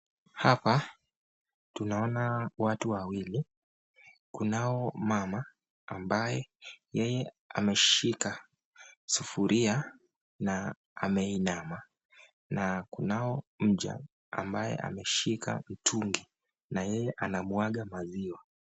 Hapa tunaona watu wawili, kunao mama ambaye yeye ameshika sufuria na ameinama na kunao mja ambaye ameshika mtungi na yeye anamwaga maziwa.